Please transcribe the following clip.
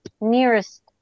nearest